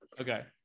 Okay